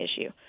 issue